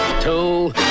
two